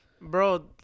Bro